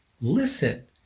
Listen